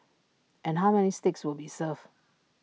and how many steaks will be served